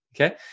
Okay